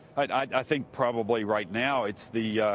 i think probably right now, it's the,